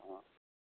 অঁ